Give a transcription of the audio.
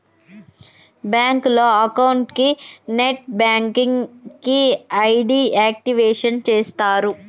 బ్యాంకులో అకౌంట్ కి net banking కి ఐడి యాక్టివేషన్ చేస్తరు